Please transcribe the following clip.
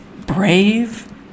Brave